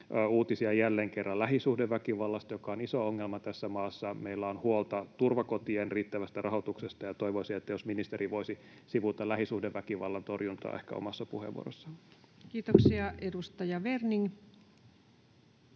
uutisia jälleen kerran lähisuhdeväkivallasta, joka on iso ongelma tässä maassa. Meillä on huolta turvakotien riittävästä rahoituksesta, ja toivoisin, että jos ministeri voisi sivuta lähisuhdeväkivallan torjuntaa ehkä omassa puheenvuorossaan. [Speech 349] Speaker: